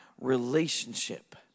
relationship